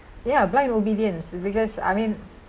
ya blind obedience because I mean